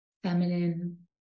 Feminine